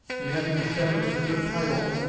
and, having established a good title,